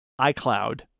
iCloud